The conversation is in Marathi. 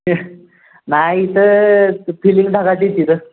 नाही इथं फिलिंग ढगात येते रे